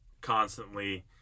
constantly